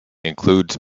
includes